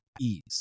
ease